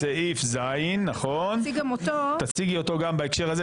את התקשי"ר כך שגם ממשרדים אחרים יוכלו לתרום.